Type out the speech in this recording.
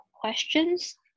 Questions